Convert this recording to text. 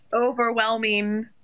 overwhelming